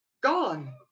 gone